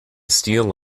steal